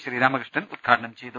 ശ്രീരാമകൃ ഷ്ണൻ ഉദ്ഘാടനം ചെയ്തു